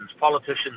Politicians